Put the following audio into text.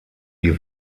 die